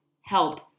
help